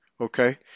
Okay